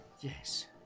Yes